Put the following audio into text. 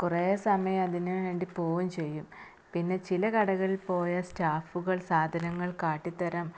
കുറേ സമയം അതിനുവേണ്ടി പോവുകയും ചെയ്യും പിന്നെ ചില കടകളില് പോയാല് സ്റ്റാഫുകള് സാധനങ്ങള് കാട്ടിത്തരാന്